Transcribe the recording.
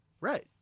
right